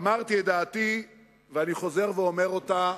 אמרתי את דעתי ואני חוזר ואומר אותה,